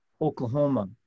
Oklahoma